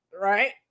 right